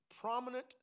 prominent